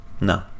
No